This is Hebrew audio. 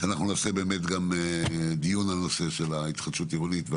שאנחנו נעשה דיון על הנושא של ההתחדשות העירונית.